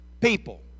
people